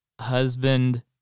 husband